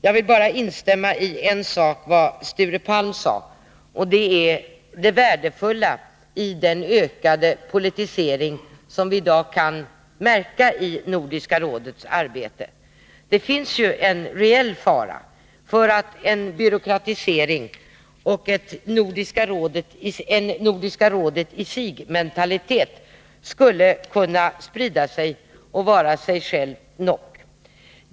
Jag vill bara instämma i en sak som Sture Palm sade. Det gäller det värdefulla i den ökade politisering som vi i dag kan märka i Nordiska rådets arbete. Det finns en reell fara för att en byråkratisering och en Nordiska-rådet-i-sig-mentalitet skulle kunna sprida sig och ”vaere sig selv nok”.